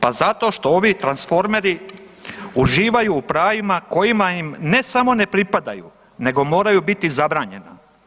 Pa zato što ovi transformeri uživaju u pravima koja im ne samo ne pripadaju nego moraju biti zabranjena.